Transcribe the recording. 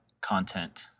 content